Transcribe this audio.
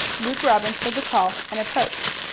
luke robbins heard the call and approached.